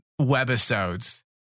webisodes